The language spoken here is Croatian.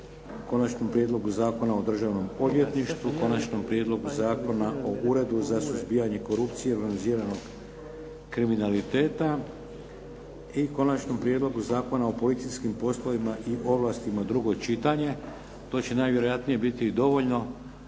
Konačnom prijedlogu Zakona o državnom odvjetništvu, Konačnom prijedlogu Zakona o Uredu za suzbijanje korupcije i organiziranog kriminaliteta i Konačnom prijedlogu Zakona o policijskim poslovima i ovlastima, drugo čitanje. To će najvjerojatnije biti dovoljno